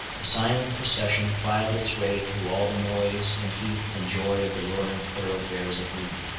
the silent procession filed its way through all the noise, and heat, and joy of the roaring thoroughfares at noon.